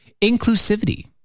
inclusivity